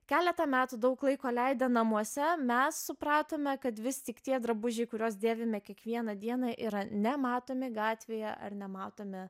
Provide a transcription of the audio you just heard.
keletą metų daug laiko leidę namuose mes supratome kad vis tik tie drabužiai kuriuos dėvime kiekvieną dieną yra nematomi gatvėje ar nematomi